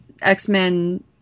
X-Men